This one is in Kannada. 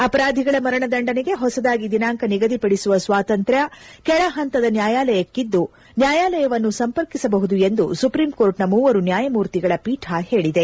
ಅಪರಾಧಿಗಳ ಮರಣದಂಡನೆಗೆ ಹೊಸದಾಗಿ ದಿನಾಂಕ ನಿಗದಿಪಡಿಸುವ ಸ್ವಾತಂತ್ರ್ಯ ಕೆಳಪಂತದ ನ್ಯಾಯಾಲಯಕ್ಕಿದ್ದು ನ್ಡಾಯಾಲಯವನ್ನು ಸಂಪರ್ಕಿಸಬಹುದು ಎಂದು ಸುಪ್ರೀಂಕೋರ್ಟ್ನ ಮೂವರು ನ್ಡಾಯಮೂರ್ತಿಗಳ ಪೀಠ ಹೇಳಿದೆ